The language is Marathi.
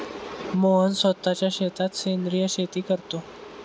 मोहन स्वतःच्या शेतात सेंद्रिय शेती करतो